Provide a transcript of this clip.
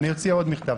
אני אוציא עוד מכתב.